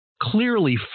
clearly